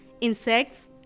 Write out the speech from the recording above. insects